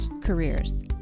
careers